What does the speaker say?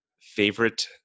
favorite